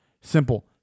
Simple